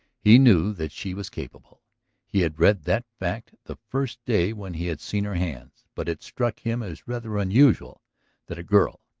he knew that she was capable he had read that fact the first day when he had seen her hands. but it struck him as rather unusual that a girl,